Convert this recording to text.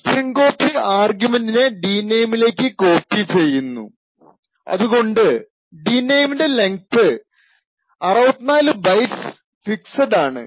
strcpy ആർഗ്യുമെന്റിനെ d name ലേക്ക് copy ചെയ്യുന്നു അത് കൊണ്ട് d name ൻറെ ലെങ്ത് 64 ബൈറ്റ്സ് ഫിക്സഡ് ആണ്